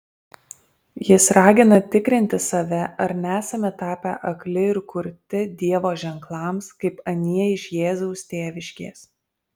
jis ragina tikrinti save ar nesame tapę akli ir kurti dievo ženklams kaip anie iš jėzaus tėviškės